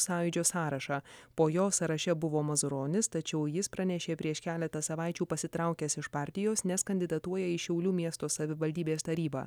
sąjūdžio sąrašą po jo sąraše buvo mazuronis tačiau jis pranešė prieš keletą savaičių pasitraukęs iš partijos nes kandidatuoja į šiaulių miesto savivaldybės tarybą